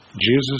Jesus